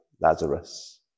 Lazarus